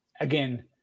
Again